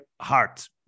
heart